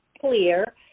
clear